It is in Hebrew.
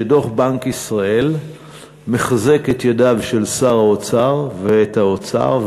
שדוח בנק ישראל מחזק את ידיו של שר האוצר ואת האוצר,